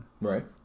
Right